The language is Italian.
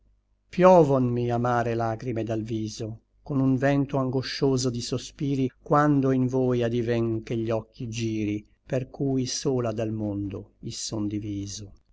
vera piovonmi amare lagrime dal viso con un vento angoscioso di sospiri quando in voi adiven che gli occhi giri per cui sola dal mondo i son diviso